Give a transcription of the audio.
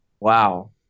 Wow